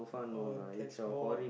oh that's bored